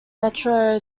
metro